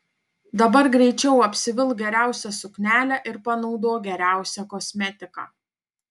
dabar greičiau apsivilk geriausią suknelę ir panaudok geriausią kosmetiką